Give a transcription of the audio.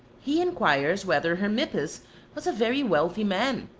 he inquires whether hermippus was a very wealthy man,